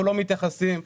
אנחנו לא מתייחסים אליהם,